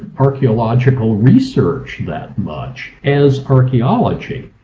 archaeological research that much as archaeology.